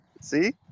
See